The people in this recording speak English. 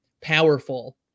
powerful